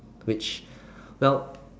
which well